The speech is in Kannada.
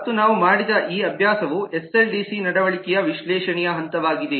ಮತ್ತು ನಾವು ಮಾಡಿದ ಈ ಅಭ್ಯಾಸವು ಎಸ್ಡಿಎಲ್ಸಿ ನಡವಳಿಕೆಯ ವಿಶ್ಲೇಷಣೆಯ ಹಂತವಾಗಿದೆ